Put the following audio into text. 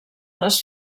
les